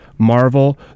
Marvel